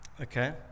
Okay